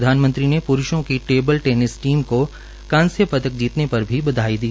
प्रधानमंत्री पुरूषों के टेबल टेनिस टीम को कांस्य पदक जीतने पर बधाई दी